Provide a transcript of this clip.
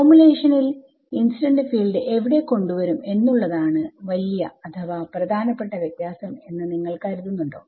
ഫോർമുലേഷനിൽ incident field എവിടെ കൊണ്ട് വരും എന്നുള്ളതാണ് വലിയ അഥവാ പ്രധാനപ്പെട്ട വ്യത്യാസം എന്ന് നിങ്ങൾ കരുതുന്നുണ്ടോ